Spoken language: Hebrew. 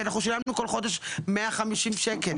כי אנחנו שילמנו כל חודש 150 שקל,